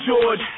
George